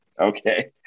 Okay